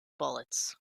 bullets